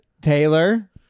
Taylor